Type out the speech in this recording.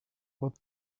what